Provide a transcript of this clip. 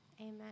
amen